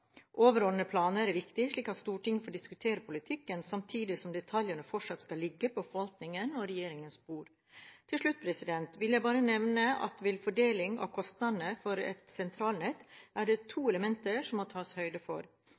Overordnede planer er viktige, slik at Stortinget får diskutert politikken, samtidig som detaljene fortsatt skal ligge på forvaltningen og regjeringens bord. Til slutt vil jeg bare nevne at ved fordeling av kostnadene for et sentralnett er det to elementer som det må tas høyde for.